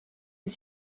est